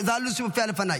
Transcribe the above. זה הלו"ז שמופיע בפניי.